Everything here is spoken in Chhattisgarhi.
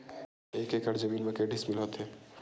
एक एकड़ जमीन मा के डिसमिल होथे?